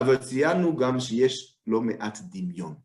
אבל ציינו גם שיש לא מעט דמיון.